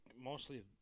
Mostly